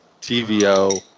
TVO